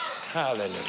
Hallelujah